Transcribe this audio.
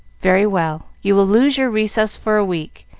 very well, you will lose your recess for a week,